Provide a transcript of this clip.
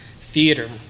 Theater